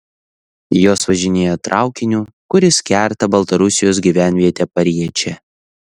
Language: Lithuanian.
jos važinėja traukiniu kuris kerta baltarusijos gyvenvietę pariečę